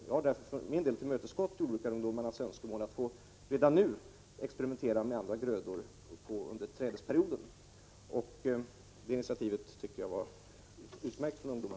Jag har för min del tillmötesgått dess; jordbrukarungdomars önskemål att redan nu få experimentera med andra grödor under trädesperioden. Det var ett utmärkt initiativ från dessa ungdomar.